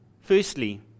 Firstly